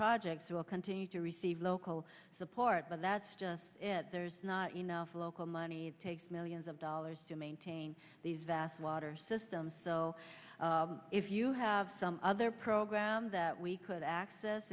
projects will continue to receive local support but that's just there's not enough local money it takes millions of dollars to maintain these vast water systems so if you have some other program that we could access